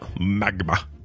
magma